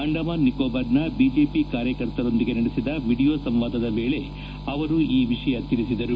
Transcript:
ಅಂಡಮಾನ್ ನಿಕೋಬಾರ್ನ ಬಿಜೆಪಿ ಕಾರ್ಯಕರ್ತರೊಂದಿಗೆ ನಡೆಸಿದ ವೀಡಿಯೊ ಸಂವಾದದ ವೇಳೆ ಅವರು ಈ ವಿಷಯ ತಿಳಿಸಿದ್ದಾರೆ